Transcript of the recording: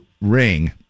ring